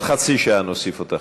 גברתי.